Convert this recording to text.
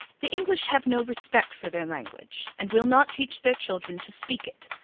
the english have no respect for their language, and will not teach their children to speak it.